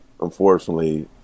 unfortunately